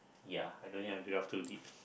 ya I don't have to delve too deep